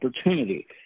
opportunity